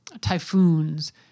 typhoons